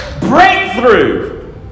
breakthrough